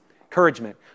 encouragement